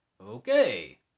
okay